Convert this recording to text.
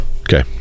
Okay